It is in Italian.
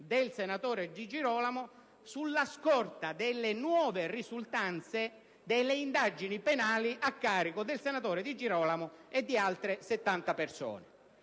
del senatore Di Girolamo sulla scorta delle nuove risultanze delle indagini penali a carico di detto senatore e di altre settanta persone.